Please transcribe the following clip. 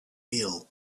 ill